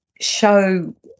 show